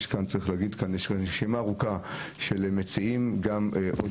יש כאן רשימה ארוכה של מציעים ויש עוד